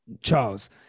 Charles